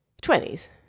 Twenties